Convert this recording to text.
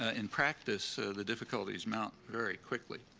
ah in practice, the difficulties mount very quickly.